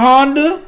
Honda